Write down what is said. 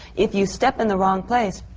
if you step in the wrong place,